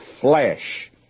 flesh